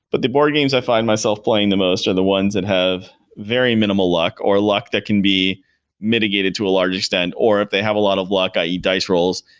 but the board games i find myself playing the most are the ones that and have very minimal luck, or luck that can be mitigated to a large extent, or if they have a lot of luck, i e. dice rolls,